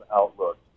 outlook